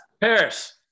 Paris